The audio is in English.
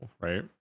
right